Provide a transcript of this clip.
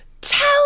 tell